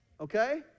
Okay